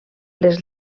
les